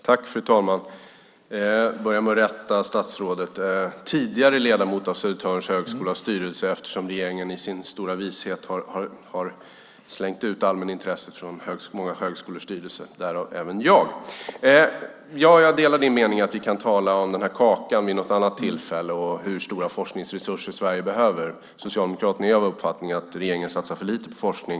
Fru talman! Jag börjar med att rätta statsrådet. Jag var tidigare ledamot av Södertörns högskolas styrelse eftersom regeringen i sin stora vishet har slängt ut allmänintresset från många högskolors styrelser och därmed även mig. Jag delar din mening att vi kan tala om den där kakan vid något annat tillfälle och om hur stora forskningsresurser Sverige behöver. Socialdemokraterna är av uppfattningen att regeringen satsar för lite på forskning.